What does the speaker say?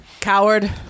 Coward